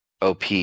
OP